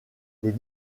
les